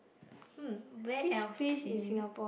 hmm where else did we like